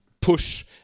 push